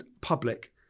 public